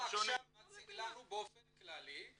הוא עכשיו מציג לנו באופן כללי,